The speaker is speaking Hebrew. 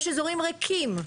יש אזורים ריקים.